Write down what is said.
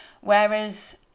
whereas